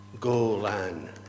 Golan